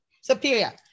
superior